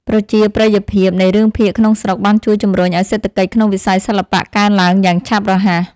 ប្រជាប្រិយភាពនៃរឿងភាគក្នុងស្រុកបានជួយជំរុញឱ្យសេដ្ឋកិច្ចក្នុងវិស័យសិល្បៈកើនឡើងយ៉ាងឆាប់រហ័ស។